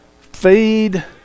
feed